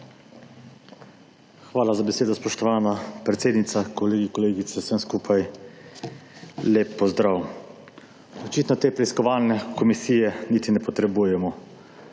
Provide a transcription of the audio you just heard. Hvala za besedo, spoštovana predsednica. Kolegi in kolegice vsem skupaj lep pozdrav! Očitno te preiskovalne komisije niti ne potrebujemo.